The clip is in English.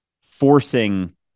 forcing